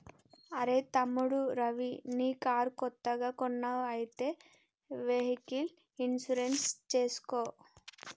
అరెయ్ తమ్ముడు రవి నీ కారు కొత్తగా కొన్నావ్ అయితే వెహికల్ ఇన్సూరెన్స్ చేసుకో